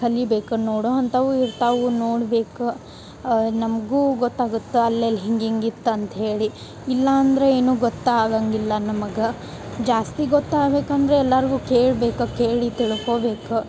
ಕಲಿಯಬೇಕು ನೋಡೊ ಅಂಥವು ಇರ್ತಾವು ನೋಡ್ಬೇಕು ನಮಗೂ ಗೊತ್ತಾಗತ್ತೆ ಅಲ್ಲೆಲ್ಲ ಹಿಂಗಿಂಗ ಇತ್ತು ಅಂತ್ಹೇಳಿ ಇಲ್ಲ ಅಂದರೆ ಏನು ಗೊತ್ತಾಗಂಗಿಲ್ಲ ನಮಗೆ ಜಾಸ್ತಿ ಗೊತ್ತಾಗ್ಬೇಕಂದ್ರ ಎಲ್ಲಾರಿಗು ಕೇಳ್ಬೇಕು ಕೇಳಿ ತಿಳ್ಕೋಬೇಕು